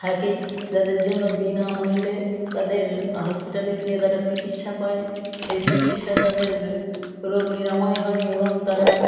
থাকে যাদের জন্য বিনামূল্যে তাদের হসপিটালে গিয়ে তারা চিকিৎসা পায় সেই চিকিৎসা তাদের রোগ নিরাময় হয় এবং তারা